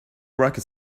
rocket